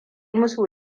musu